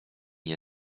nie